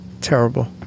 Terrible